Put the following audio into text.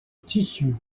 tissue